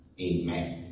Amen